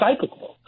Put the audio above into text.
recyclable